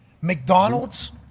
McDonald's